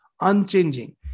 unchanging